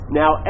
now